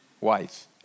wife